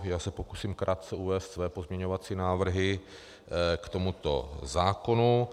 Já se pokusím krátce uvést své pozměňovací návrhy k tomuto zákonu.